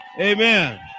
Amen